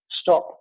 stop